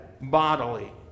bodily